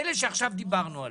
אלה שעכשיו דיברנו עליהם.